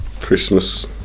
Christmas